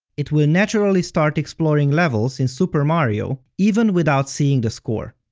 it will naturally start exploring levels in super mario, even without seeing the score.